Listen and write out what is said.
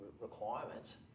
requirements